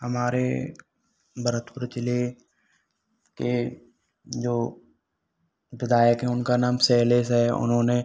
हमारे भरतपुर ज़िले के जो विधायक हैं उनका नाम शैलेश है उन्होंने